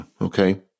Okay